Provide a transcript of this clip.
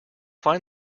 find